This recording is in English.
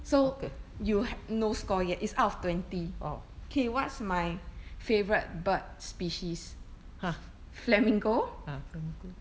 so you have no score yet is out of twenty okay what's my favourite bird species fl~ flamingo